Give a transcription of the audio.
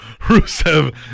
Rusev